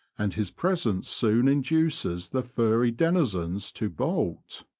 and his presence soon induces the furry denizens to bolt.